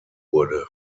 wurde